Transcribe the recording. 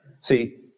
See